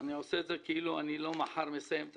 אני עושה את זה כאילו לא מחר אסיים את